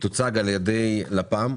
שתוצג על ידי לפ"ם.